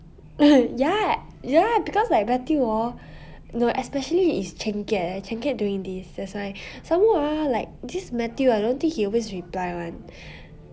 ya ya because like matthew hor 你懂 especially is chin kiat leh chin kiat doing this that's why somemore ah like this matthew I don't think he always reply [one]